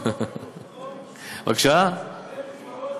בית-קברות,